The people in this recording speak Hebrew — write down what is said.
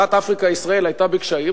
חברת "אפריקה ישראל" היתה בקשיים,